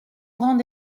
grand